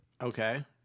Okay